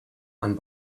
and